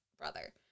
brother